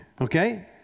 Okay